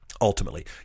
Ultimately